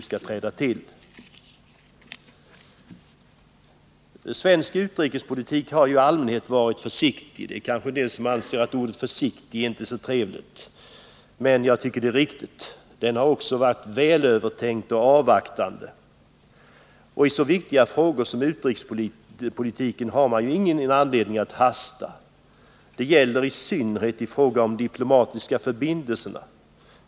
Svensk utrikespolitik har ju i allmänhet varit försiktig. Det finns kanske de som inte anser att ordet försiktig är så trevligt. Men jag tycker att det är riktigt. Politiken har också varit väl övervägd och avvaktande. I de viktiga utrikespolitiska frågorna har man inte någon anledning att hasta. Detta gäller i synnerhet om de diplomatiska förbindelserna.